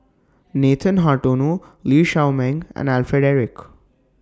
Nathan Hartono Lee Shao Meng and Alfred Eric